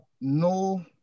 no